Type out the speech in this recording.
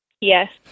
Yes